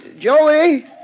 Joey